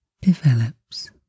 develops